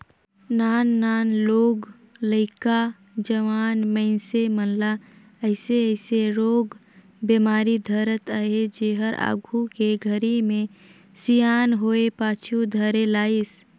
नान नान लोग लइका, जवान मइनसे मन ल अइसे अइसे रोग बेमारी धरत अहे जेहर आघू के घरी मे सियान होये पाछू धरे लाइस